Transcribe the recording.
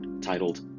titled